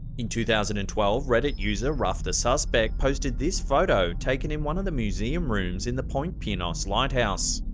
in two thousand and twelve, reddit user ruffthesuspect posted this photo, taken in one of the museum rooms, in the point pinos lighthouse.